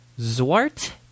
Zwart